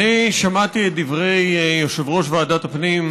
אני שמעתי את דברי יושב-ראש ועדת הפנים,